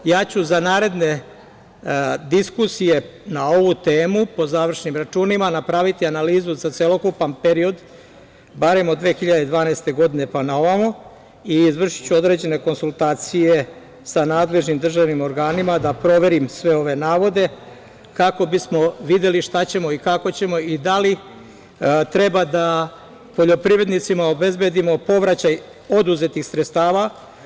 Ja ću za naredne diskusije na ovu temu, po završnim računima, napraviti analizu za celokupan period, barem od 2012. godine pa na ovamo, i izvršiću određene konsultacije sa nadležnim državnim organima, da proverim sve ove navode, kako bismo videli šta ćemo i kako ćemo i da li treba da poljoprivrednicima obezbedimo povraćaj oduzetih sredstava.